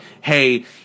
hey